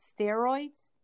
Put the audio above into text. steroids